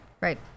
Right